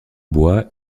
bois